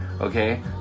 okay